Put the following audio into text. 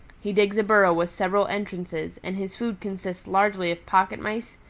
he digs a burrow with several entrances and his food consists largely of pocket mice,